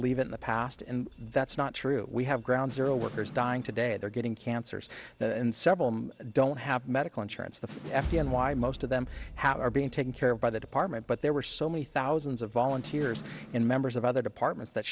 leave in the past and that's not true we have ground zero workers dying today they're getting cancers that and several don't have medical insurance the f d n y most of them how are being taken care of by the department but there were so many thousands of volunteers and members of other departments that